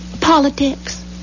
Politics